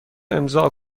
امضاء